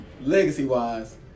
legacy-wise